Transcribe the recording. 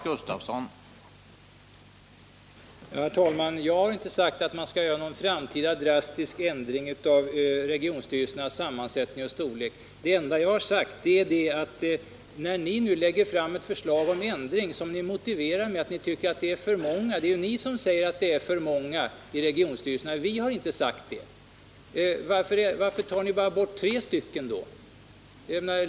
Herr talman! Jag har inte sagt att man skall göra någon framtida drastisk ändring av regionstyrelsernas sammansättning och storlek. Det enda jag har sagt är att när ni nu lägger fram ett förslag om en ändring. som ni motiverar med att ni tycker det är för många i regionstyrelserna — det är ju ni som säger att det är för många, vi har inte sagt det — så varför minskar ni dem då bara med tre representanter?